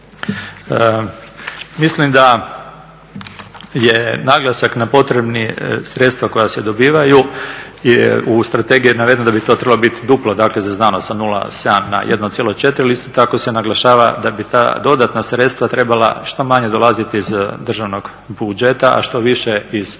Mislim da je naglasak na potrebi sredstava koja se dobivaj, jer je u strategiji navedeno da bi to trebalo biti duplo za znanost, a 0,7 na 1,4 ili isto tako se naglašava da bi ta dodatna sredstva trebala što manje dolaziti iz državnog budžeta a štoviše iz